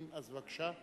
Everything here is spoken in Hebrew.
אם כן, אז בבקשה.